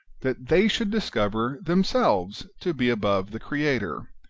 that they should discover themselves to be above the creator,